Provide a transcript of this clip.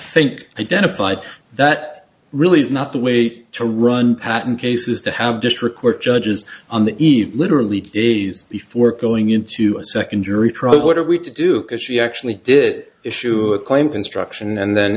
think identified that really is not the way to run patent cases to have district court judges on the eve literally days before going into a second jury trial what are we to do if she actually did issue a claim construction and then